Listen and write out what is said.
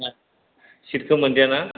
सिटखौ मोनदिया ना